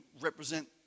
represent